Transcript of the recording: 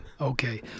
okay